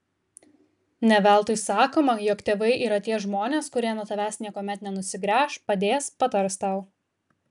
ne veltui sakoma jog tėvai yra tie žmonės kurie nuo tavęs niekuomet nenusigręš padės patars tau